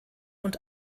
und